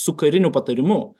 su kariniu patarimu